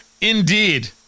Indeed